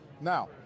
Now